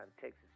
Texas